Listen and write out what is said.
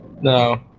no